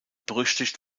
berüchtigt